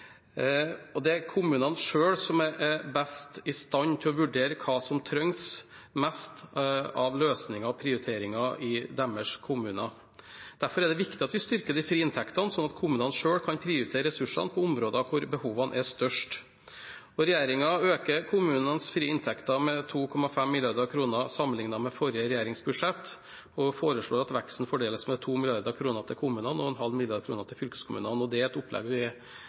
Det er kommunene selv som er best i stand til å vurdere hva som trengs mest i kommunen når det gjelder løsninger og prioriteringer. Derfor er det viktig at vi styrker de frie inntektene, slik at kommunene selv kan prioritere ressursene på områder hvor behovene er størst. Regjeringen øker kommunenes frie inntekter med 2,5 mrd. kr sammenlignet med forrige regjerings budsjett. Vi foreslår at veksten fordeles med 2 mrd. kr til kommunene og 0,5 mrd. kr til fylkeskommunene. Det er et opplegg